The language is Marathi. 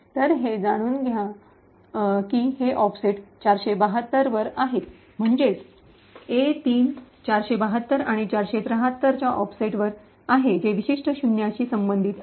तर हे जाणून घ्या की हे ऑफसेट 472 वर आहे म्हणजेच ए 3 472 आणि 473 च्या ऑफसेटवर आहे जे विशिष्ट 0 शी संबंधित आहेत